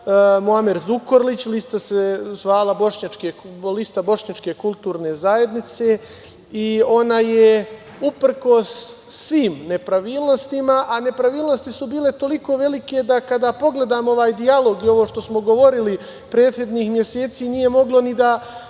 Muamer Zukorlić, a lista se zvala "Lista bošnjačke kulturne zajednice" i ona je uprkos svim nepravilnostima, a nepravilnosti su bile toliko velike da kada pogledam ovaj dijalog i ovo što smo govorili prethodnih meseci, nije moglo da